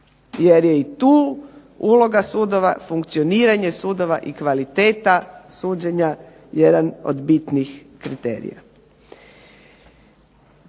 jer je i tu uloga sudova, funkcioniranje sudova i kvaliteta suđenja jedan od bitnih kriterija.